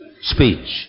speech